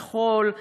שכול.